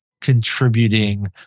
contributing